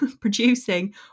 producing